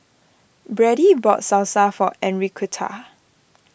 Brady bought Salsa for Enriqueta